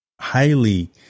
highly